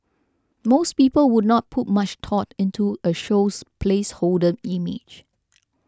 most people would not put much thought into a show's placeholder image